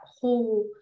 whole